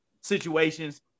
situations